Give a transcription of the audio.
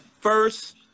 first